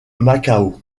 macao